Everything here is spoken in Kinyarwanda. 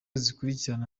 zikurikirana